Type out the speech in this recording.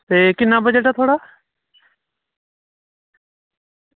ते किन्ना बजट ऐ थुआढ़ा